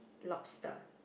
lobster